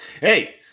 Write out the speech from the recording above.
Hey